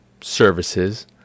services